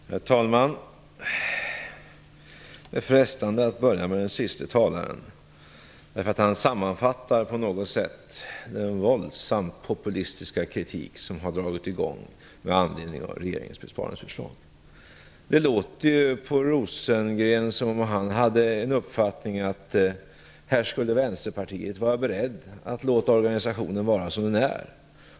Herr talman! Det är frestande att börja med den siste talaren, därför att han sammanfattade på något sätt den våldsamt populistiska kritik som har dragits i gång med anledning av regeringens sparförslag. Det låter på Per Rosengren som om han hade uppfattningen att Vänsterpartiet skulle vara berett att låta organisationen vara som den är.